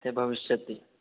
ते भविष्यन्ति